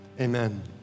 amen